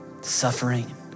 Suffering